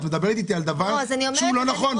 את מדברת איתי על דבר שהוא לא נכון.